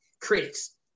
critics